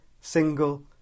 single